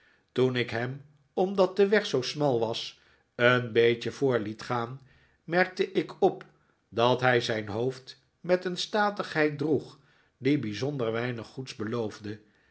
toen ik hem omdat de weg zoo smal was een beetje voor liet gaan merkte ik op dat hij zijn hoofd met een statigheid droeg die bijzonder weinig goeds beloofde